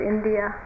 India